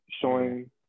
showing